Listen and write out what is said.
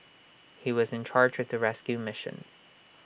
he was in charge of the rescue mission